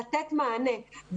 לתת מענה.